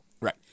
Right